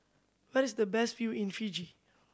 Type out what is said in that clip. where is the best view in Fiji